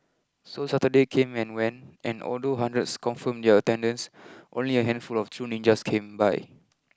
so Saturday came and went and although hundreds confirmed their attendance only a handful of true ninjas came by